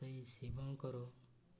ସେଇ ଶିବଙ୍କର